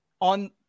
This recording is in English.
on